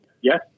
yes